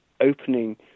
opening